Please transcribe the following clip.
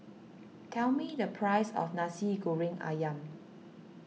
tell me the price of Nasi Goreng Ayam